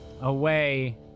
away